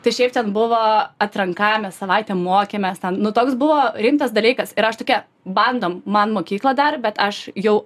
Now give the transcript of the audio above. tai šiaip ten buvo atranka mes savaitę mokėmės ten nu toks buvo rimtas dalykas ir aš tokia bandom man mokykla dar bet aš jau